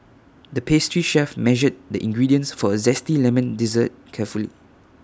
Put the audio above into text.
the pastry chef measured the ingredients for A Zesty Lemon Dessert carefully